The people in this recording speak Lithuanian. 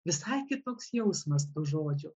visai kitoks jausmas žodžio